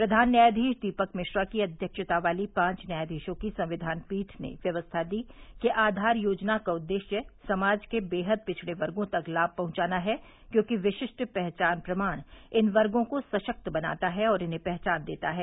प्रधान न्यायाधीश दीपक मिश्रा की अध्यक्षता वाली पांच न्यायाधीशों की संविधान पीठ ने व्यवस्था दी कि आधार योजना का उद्देश्य समाज के बेहद पिछड़े वर्गों तक लाभ पहुंचाना है क्योंकि विशिष्टि पहचान प्रमाण इन वर्गों को सशक्त बनाता है और इन्हें पहचान देता है